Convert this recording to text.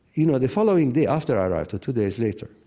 you know, the following day after i arrived, or two days later,